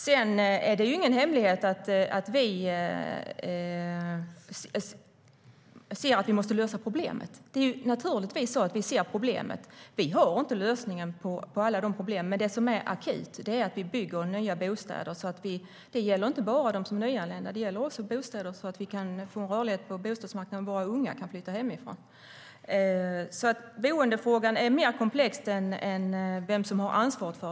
Sedan är det ingen hemlighet att vi ser att vi måste lösa problemet. Naturligtvis ser vi problemet. Vi har inte lösningen på alla problemen, men det som är akut är att vi bygger nya bostäder. Det gäller inte bara dem som är nyanlända. Det gäller också bostäder så att våra unga kan flytta hemifrån och vi kan få en rörlighet på bostadsmarknaden. Boendefrågan är mer komplex än bara vem som har ansvar.